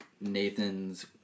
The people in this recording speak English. Nathan's